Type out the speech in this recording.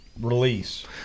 release